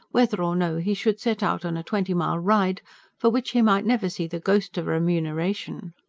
whether or no he should set out on a twenty-mile ride for which he might never see the ghost of a remuneration?